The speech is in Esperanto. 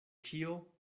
ĉio